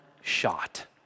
shot